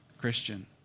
Christian